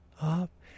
up